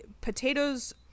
potatoes